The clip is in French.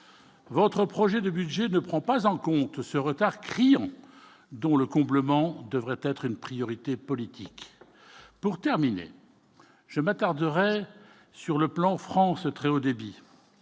votre projet de budget ne prend pas en compte ce retard criant dont le comblement devrait être une priorité politique pour terminer je m'attarderai sur le plan France très haut débit,